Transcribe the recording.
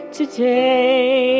today